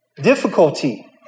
difficulty